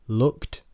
looked